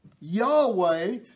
Yahweh